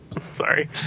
Sorry